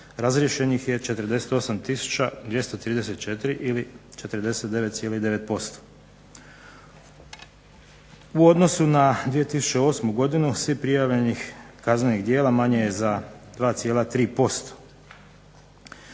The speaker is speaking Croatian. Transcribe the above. razriješenih je 48 tisuća 234 ili 49,9%. U odnosu na 2008. godinu svih prijavljenih kaznenih djela manje je za 2,3%.